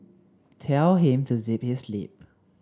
tell him to zip his lip